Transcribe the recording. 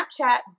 snapchat